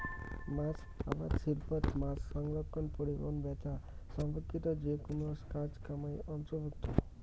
মাছ আবাদ শিল্পত মাছসংরক্ষণ, পরিবহন, ব্যাচা সম্পর্কিত যেকুনো কাজ কামাই অন্তর্ভুক্ত